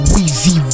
Weezy